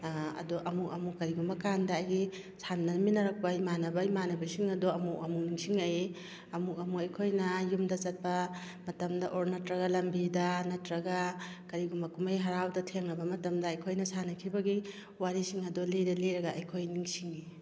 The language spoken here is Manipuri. ꯑꯗꯣ ꯑꯃꯨꯛ ꯑꯃꯨꯛ ꯀꯔꯤꯒꯨꯝꯕ ꯀꯥꯟꯗ ꯑꯩꯒꯤ ꯁꯥꯟꯅꯃꯤꯟꯅꯔꯛꯄ ꯏꯃꯥꯟꯅꯕ ꯏꯃꯥꯅꯕꯤꯁꯤꯡ ꯑꯗꯣ ꯑꯃꯨꯛ ꯑꯃꯨꯛ ꯅꯤꯡꯁꯤꯡꯉꯛꯏ ꯑꯃꯨꯛ ꯑꯃꯨꯛ ꯑꯩꯈꯣꯏꯅ ꯌꯨꯝꯗ ꯆꯠꯄ ꯃꯇꯝꯗ ꯑꯣꯔ ꯅꯠꯇ꯭ꯔꯒ ꯂꯝꯕꯤꯗ ꯅꯠꯇ꯭ꯔꯒ ꯀꯔꯤꯒꯨꯝꯕ ꯀꯨꯝꯍꯩ ꯍꯥꯔꯥꯎꯗ ꯊꯦꯡꯅꯕ ꯃꯇꯝꯗ ꯑꯩꯈꯣꯏꯅ ꯁꯥꯟꯅꯈꯤꯕꯒꯤ ꯋꯥꯔꯤꯁꯤꯡ ꯑꯗꯣ ꯂꯤꯔ ꯂꯤꯔꯒ ꯑꯩꯈꯣꯏ ꯅꯤꯡꯁꯤꯡꯏ